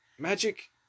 Magic